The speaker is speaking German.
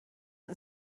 ist